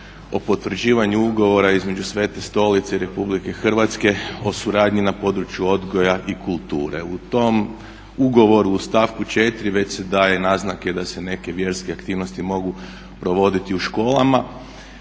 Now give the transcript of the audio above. o potvrđivanju ugovora između Sv. Stolice i RH o suradnji na području odgoja i kulture. U tom ugovoru u stavku 4. već se daje naznake da se neke vjerske aktivnosti mogu provoditi u školama